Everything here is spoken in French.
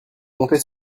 monter